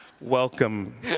Welcome